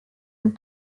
and